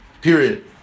Period